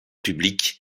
publics